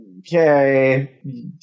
Okay